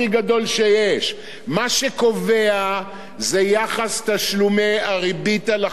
מה שקובע זה יחס תשלומי הריבית על החוב ביחס לתמ"ג.